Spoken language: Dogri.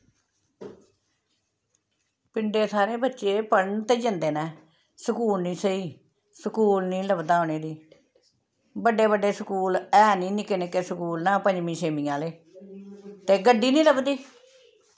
पिंडें थाह्रें बच्चे पढ़न ते जंदे न स्कूल नी स्हेई स्कूल नी लभदा उ'नेंगी बड्डे बड्डे स्कूल है नी निक्के निक्के स्कूल न पंजमी छेमीं आह्ले ते गड्डी नी लभदी